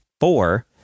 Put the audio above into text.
four